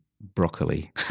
broccoli